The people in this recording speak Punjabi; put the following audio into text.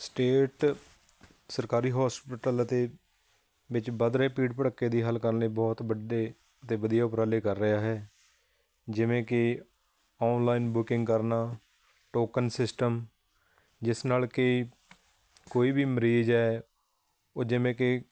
ਸਟੇਟ ਸਰਕਾਰੀ ਹੋਸਪੀਟਲ ਦੇ ਵਿੱਚ ਵੱਧ ਰਹੇ ਭੀੜ ਭੜੱਕੇ ਦੀ ਹੱਲ ਕਰਨ ਲਈ ਬਹੁਤ ਵੱਡੇ ਅਤੇ ਵਧੀਆ ਉਪਰਾਲੇ ਕਰ ਰਿਹਾ ਹੈ ਜਿਵੇਂ ਕਿ ਔਨਲਾਈਨ ਬੁਕਿੰਗ ਕਰਨਾ ਟੋਕਨ ਸਿਸਟਮ ਜਿਸ ਨਾਲ਼ ਕਿ ਕੋਈ ਵੀ ਮਰੀਜ਼ ਹੈ ਉਹ ਜਿਵੇਂ ਕਿ